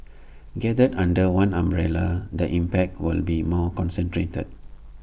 gathered under one umbrella the impact will be more concentrated